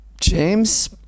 James